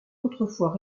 autrefois